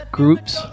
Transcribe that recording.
groups